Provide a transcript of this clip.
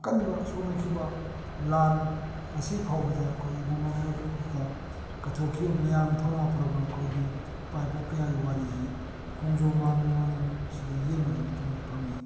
ꯑꯀꯟꯕ ꯁꯣꯛꯅꯈꯤꯕ ꯂꯥꯟ ꯉꯁꯤ ꯐꯥꯎꯕꯗ ꯑꯩꯈꯣꯏ ꯃꯃꯥ ꯂꯩꯕꯥꯛꯀꯤꯗꯃꯛꯇ ꯀꯠꯊꯣꯛꯈꯤꯕ ꯃꯌꯥꯝ ꯊꯧꯅꯥ ꯐꯔꯕ ꯑꯩꯈꯣꯏꯒꯤ ꯏꯄꯥ ꯏꯄꯨ ꯀꯌꯥꯒꯤ ꯋꯥꯔꯤꯁꯤ ꯈꯣꯡꯖꯣꯝ ꯋꯥꯔ ꯃꯦꯃꯣꯔꯤꯌꯦꯜꯁꯤꯗ ꯌꯦꯡꯕꯗ ꯃꯇꯝꯗ ꯐꯪꯏ